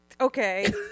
Okay